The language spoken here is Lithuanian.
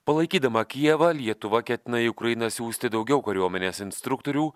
palaikydama kijevą lietuva ketina į ukrainą siųsti daugiau kariuomenės instruktorių